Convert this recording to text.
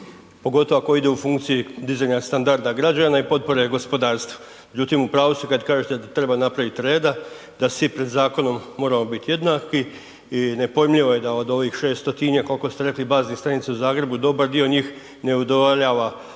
pogotovo ako ide u funkciji dizanja standarda građana i potpore gospodarstvu. Međutim, u pravu ste kad kažete da treba napraviti reda, da svi pred zakonom moramo biti jednaki i nepojmljivo je da od ovih 600-tinjak, koliko ste rekli, baznih stanica u Zagrebu, dobar dio njih ne udovoljava zakonu,